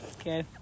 Okay